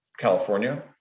California